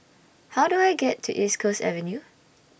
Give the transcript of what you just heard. How Do I get to East Coast Avenue